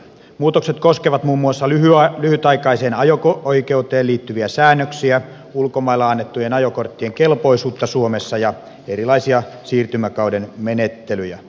muutokset koskevat muun muassa lyhytaikaiseen ajo oikeuteen liittyviä säännöksiä ulkomailla annettujen ajokorttien kelpoisuutta suomessa ja erilaisia siirtymäkauden menettelyjä